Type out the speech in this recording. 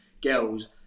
girls